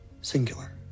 singular